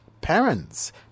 parents